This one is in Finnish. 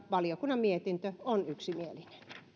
valiokunnan mietintö on yksimielinen